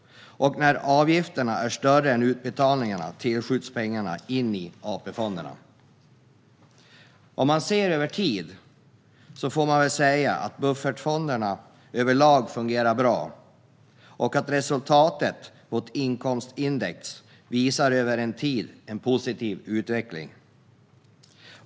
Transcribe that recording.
När avgifterna är större än utbetalningarna tillskjuts pengarna in i AP-fonderna. Sett över tid får man väl säga att buffertfonderna överlag fungerar bra och att resultatet mot inkomstindex visar en positiv utveckling.